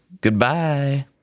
Goodbye